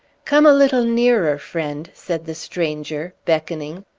come a little nearer, friend, said the stranger, beckoning.